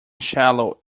shallow